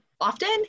often